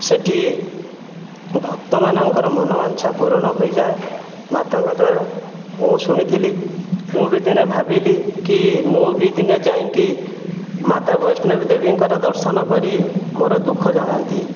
ସେଠି ଭକ୍ତମାନଙ୍କର ମନୋବାଞ୍ଛା ପୂରଣ ହୋଇଯାଏ ମାତାଙ୍କ ଦ୍ୱାରା ମୁଁ ଶୁଣିଥିଲି ମୁଁ ବି ଦିନେ ଭାବିଲି କି ମୁଁ ବି ଦିନେ ଯାଇକି ମାତା ବୈଷ୍ଣବୀ ଦେବୀଙ୍କର ଦର୍ଶନ କରି ମୋର ଦୁଃଖ ଜଣାନ୍ତି